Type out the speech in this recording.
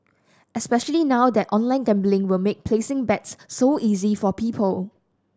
especially now that online gambling will make placing bets so easy for people